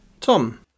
Tom